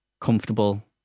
comfortable